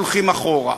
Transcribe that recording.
הולכים אחורה.